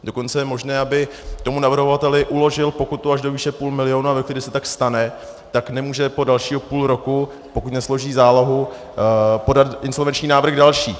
Dokonce je možné, aby tomu navrhovateli uložil pokutu až do výše půl milionu, a ve chvíli, kdy se tak stane, tak nemůže po dalšího půl roku, pokud nesloží zálohu, podat insolvenční návrh další.